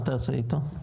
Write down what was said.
מה תעשה איתו?